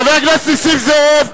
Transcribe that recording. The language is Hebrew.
חבר הכנסת נסים זאב,